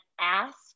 ask